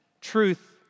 truth